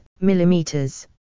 millimeters